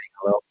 hello